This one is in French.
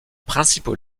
principaux